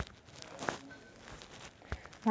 माझी आई खूप चवदार गुसबेरी जाम बनवते